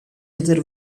other